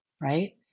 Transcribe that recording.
right